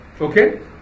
Okay